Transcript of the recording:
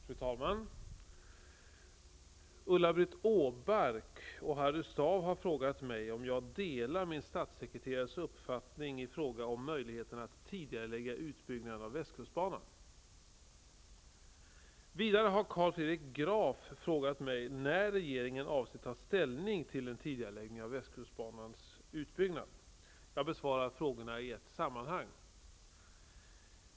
Fru talman! Ulla-Britt Åbark och Harry Staaf har frågat mig om jag delar min statssekreterares uppfattning i fråga om möjligheten att tidigarelägga utbyggnaden av västkustbanan. Vidare har Carl Fredrik Graf frågat mig när regeringen avser att ta ställning till en tidigareläggning av västkustbanans utbyggnad. Jag besvarar frågorna i ett sammanhang.